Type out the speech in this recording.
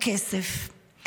בכסף.